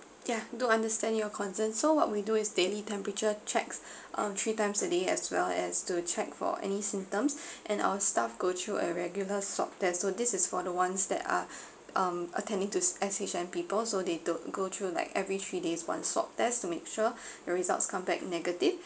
yeah do understand your concern so what we do is daily temperature checks um three times a day as well as to check for any symptoms and our staffs go through a regular swab test so this is for the ones that are um attending to S_H_N people so they do go through like every three days one swab test to make sure the results come back negative